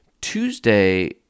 Tuesday